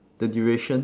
the duration